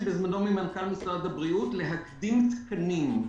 בזמנו ממנכ"ל משרד הבריאות להקדים תקנים.